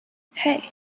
hey